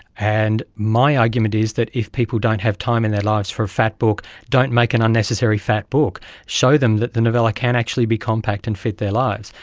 and my argument is that if people don't have time in their lives for a fat book, don't make an unnecessarily fat book. show them that the novella can actually be compact and fit their lives.